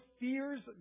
fears